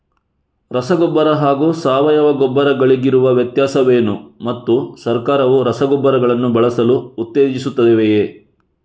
ರಸಗೊಬ್ಬರ ಹಾಗೂ ಸಾವಯವ ಗೊಬ್ಬರ ಗಳಿಗಿರುವ ವ್ಯತ್ಯಾಸವೇನು ಮತ್ತು ಸರ್ಕಾರವು ರಸಗೊಬ್ಬರಗಳನ್ನು ಬಳಸಲು ಉತ್ತೇಜಿಸುತ್ತೆವೆಯೇ?